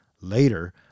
Later